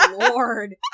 lord